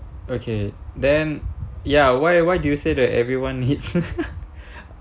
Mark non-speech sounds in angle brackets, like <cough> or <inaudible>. okay then ya why why do you say that everyone hit <laughs>